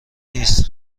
نیست